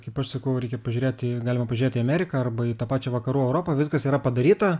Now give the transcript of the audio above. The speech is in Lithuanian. kaip aš sakau reikia pažiūrėti galima pažiūrėti į ameriką arba į tą pačią vakarų europą viskas yra padaryta